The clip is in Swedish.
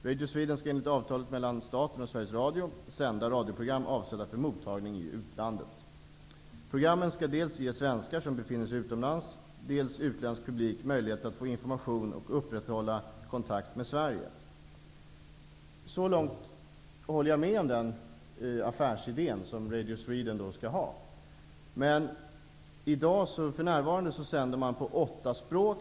Radio Sweden skall enligt avtalet mellan staten och Sveriges Radio sända radioprogram avsedda för mottagning i utlandet. Programmen skall dels ge svenskar som befinner sig utomlands, dels utländsk publik möjlighet att få information och upprätthålla kontakt med Sverige. Så långt håller jag med om den affärsidé som Radio Sweden skall ha. För närvarande sänder man på åtta språk.